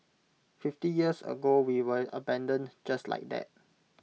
fifty years ago we were abandoned just like that